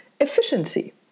efficiency